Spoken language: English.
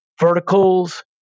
verticals